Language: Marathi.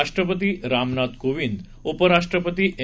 राष्ट्रपती रामनाथ कोविंद उपराष्ट्रपती एम